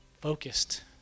focused